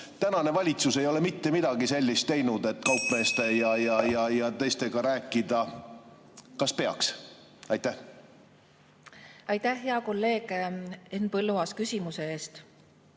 Tänane valitsus ei ole mitte midagi sellist teinud, et kaupmeeste ja teistega rääkida. Kas peaks? Aitäh, hea kolleeg Henn Põlluaas, küsimuse eest!